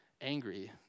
angry